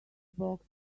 box